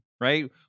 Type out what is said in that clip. right